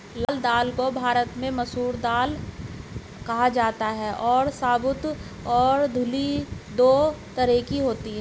लाल दाल को भारत में मसूर दाल कहा जाता है और साबूत और धुली दो तरह की होती है